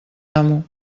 amo